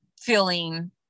feeling